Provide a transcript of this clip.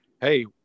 hey